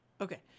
Okay